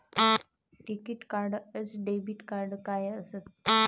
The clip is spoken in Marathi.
टिकीत कार्ड अस डेबिट कार्ड काय असत?